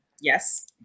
yes